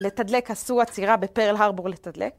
לתדלק עשו עצירה בפרל הרבור לתדלק